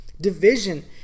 division